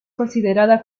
considerada